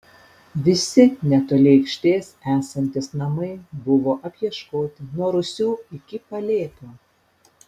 visi netoli aikštės esantys namai buvo apieškoti nuo rūsių iki palėpių